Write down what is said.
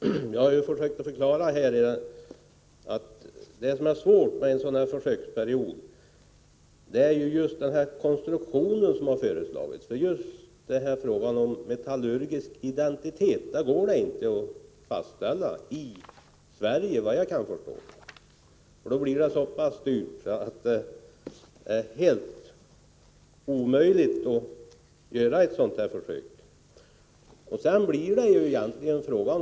Herr talman! Jag har ju försökt förklara att det som är svårt med en sådan försöksperiod är just den konstruktion som har föreslagits. Den bygger på frågan om metallurgisk identitet, och den går inte att fastställa i dag, efter vad jag kan förstå. Då blir det hela så pass dyrt att det är helt omöjligt att genomföra ett sådant försök.